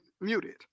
muted